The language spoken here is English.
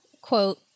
quote